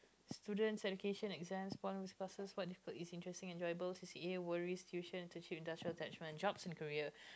students education exams classes what difficult is interesting enjoyable C_C_A worries industrial attachments jobs and career